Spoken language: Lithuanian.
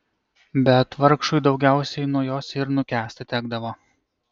bet vargšui daugiausiai nuo jos ir nukęsti tekdavo